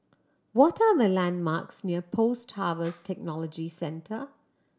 what are the landmarks near Post Harvest Technology Centre